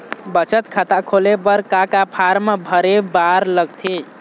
बचत खाता खोले बर का का फॉर्म भरे बार लगथे?